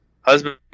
husband